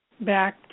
back